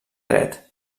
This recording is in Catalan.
dret